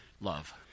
love